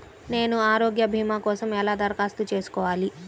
నేను ఆరోగ్య భీమా కోసం ఎలా దరఖాస్తు చేసుకోవాలి?